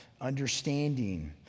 understanding